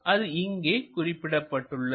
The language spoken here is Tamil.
அது இங்கே குறிக்கப்பட்டுள்ளது